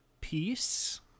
peace